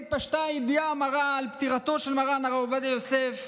עת התפשטה הידיעה המרה על פטירתו של מרן הרב עובדיה יוסף,